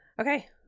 Okay